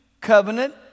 Covenant